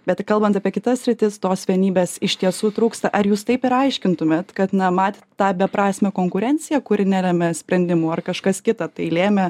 bet tai kalbant apie kitas sritis tos vienybės iš tiesų trūksta ar jūs taip ir aiškintumėt kad na matėt tą beprasmę konkurenciją kuri nelemia sprendimų ar kažkas kita tai lėmė